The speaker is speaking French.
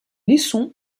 leçons